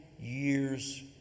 years